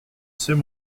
c’est